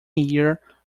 year